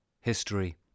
history